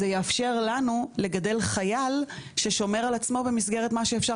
זה יאפשר לנו לגדל חייל ששומר על עצמו במסגרת מה שאפשר